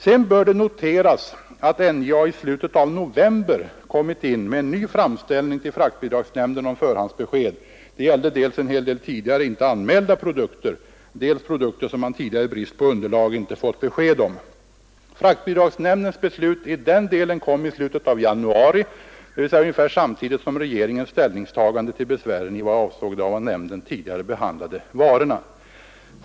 Sedan bör det noteras att NJA i slutet av november kommit in med en ny framställning till fraktbidragsnämnden om förhandsbesked. Det gällde dels en hel del tidigare ej anmälda produkter, dels produkter som man tidigare i brist på underlag inte fått besked om. Fraktbidragsnämndens beslut i denna del kom i slutet av januari, dvs. ungefär samtidigt som regeringens ställningstagande till besvären i vad de avsåg de av nämnden tidigare behandlade varorna.